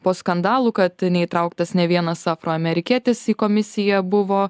po skandalų kad neįtrauktas nė vienas afroamerikietis į komisiją buvo